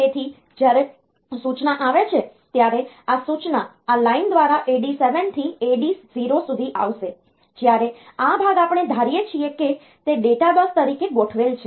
તેથી જ્યારે સૂચના આવે છે ત્યારે આ સૂચના આ લાઇન દ્વારા AD7 થી AD0 સુધી આવશે જ્યારે આ ભાગ આપણે ધારીએ છીએ કે તે ડેટા બસ તરીકે ગોઠવેલ છે